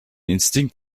instinkt